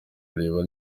areba